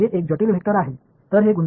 எனவே இப்போது ஒரு பேஸர் என்றால் என்ன